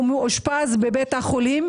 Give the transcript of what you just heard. ומאושפז בבית החולים,